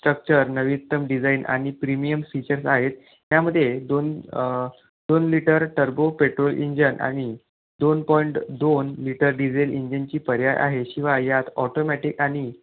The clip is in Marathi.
स्ट्रक्चर नवीनतम डिजाईन आणि प्रिमियम फीचर्स आहेत यामध्ये दोन दोन लिटर टर्बो पेट्रोल इंजन आणि दोन पॉइंट दोन लिटर डिझेल इंजिनची पर्याय आहे शिवाय यात ऑटोमॅटिक आणि